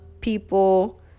people